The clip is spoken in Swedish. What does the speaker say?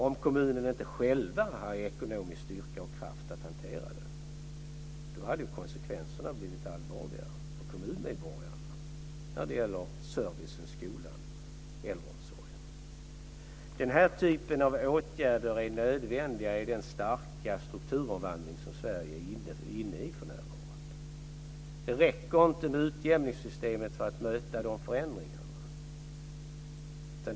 Om kommunerna inte själva hade haft ekonomisk styrka och kraft att hantera det hade konsekvenserna blivit allvarliga för kommunmedborgarna när det gäller service, skola och äldreomsorg. Den här typen av åtgärder är nödvändiga i den starka strukturomvandling som Sverige för närvarande är inne i. Det räcker inte med utjämningssystemet för att möta de förändringarna.